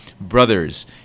Brothers